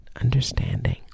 understanding